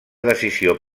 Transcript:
decisió